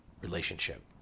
relationship